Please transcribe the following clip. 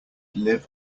live